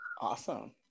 Awesome